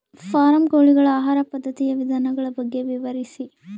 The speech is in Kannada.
ಫಾರಂ ಕೋಳಿಗಳ ಆಹಾರ ಪದ್ಧತಿಯ ವಿಧಾನಗಳ ಬಗ್ಗೆ ವಿವರಿಸಿ?